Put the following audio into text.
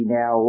now